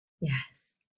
Yes